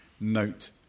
note